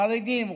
חרדים,